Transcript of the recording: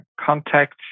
contact